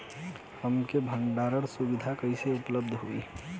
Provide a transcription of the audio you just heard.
हमन के भंडारण सुविधा कइसे उपलब्ध होई?